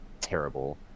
terrible